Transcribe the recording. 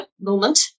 moment